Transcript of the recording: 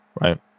Right